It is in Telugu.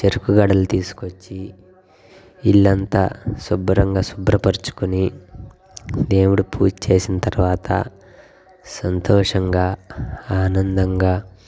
చెరుకు గడలు తీసుకుని వచ్చి ఇల్లంతా శుభ్రంగా శుభ్రపరచుకొని దేవుడు పూజ చేసిన తర్వాత సంతోషంగా ఆనందంగా